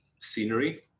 scenery